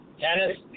Tennis